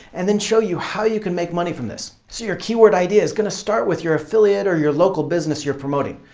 and then show you how you can make money from this. so your keyword idea is going to start with your affiliate or the local business you're promoting.